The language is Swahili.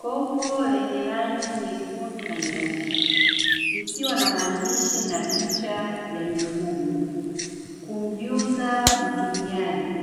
Kopo lenye rangi nyekundu na nyeupe, likiwa na maandishi na picha ya mifugo. Kujuza mtumiaji